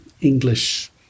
English